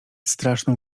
straszną